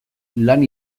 lan